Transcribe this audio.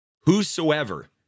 Whosoever